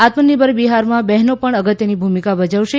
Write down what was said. આત્મનિર્ભર બિહારમાં બહેનો પણ અગત્યની ભૂમિકા ભજવશે